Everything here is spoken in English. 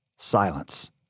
Silence